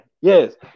yes